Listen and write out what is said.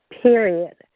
period